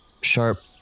sharp